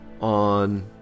on